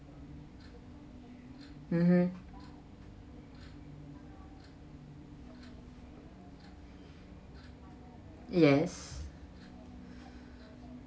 mmhmm yes